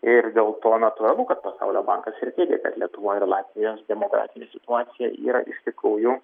ir dėl to natūralu kad pasaulio bankas ir teigė kad lietuva ir latvijos demografi situacija yra iš tikrųjų